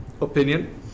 opinion